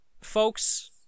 folks